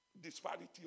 disparity